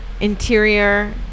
interior